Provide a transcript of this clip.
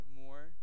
more